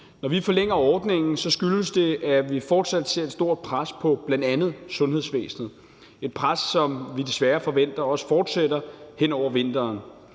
Når vi forlænger ordningen, skyldes det, at vi fortsat ser et stort pres på bl.a. sundhedsvæsenet, et pres, som vi desværre forventer også fortsætter hen over vinteren.